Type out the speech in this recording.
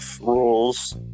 rules